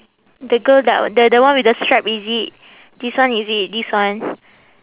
the girl that the the one with the strap is it this one is it this one